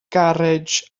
garej